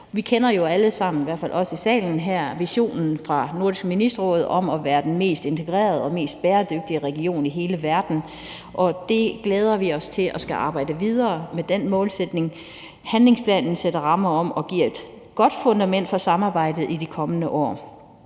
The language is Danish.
Vi kender jo alle sammen, i hvert fald os i salen her, visionen fra Nordisk Ministerråd om at være den mest integrerede og mest bæredygtige region i hele verden, og den målsætning glæder vi os til at skulle arbejde videre med. Handlingsplanen sætter rammer om og giver et godt fundament for samarbejdet i de kommende år.